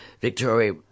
Victoria